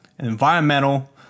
Environmental